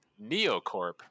Neocorp